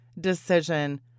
decision